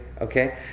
Okay